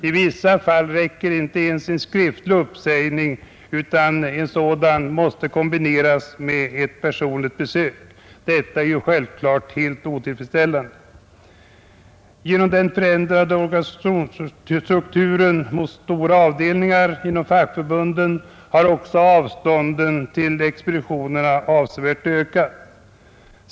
I vissa fall räcker inte ens en skriftlig uppsägning utan en sådan måste kombineras med ett personligt besök. Detta är självklart helt otillfredsställande. Genom förändringen av organisationsstrukturen mot storavdelningar inom fackförbunden har också avstånden till expeditiorerna avsevärt ökats.